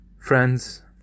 friends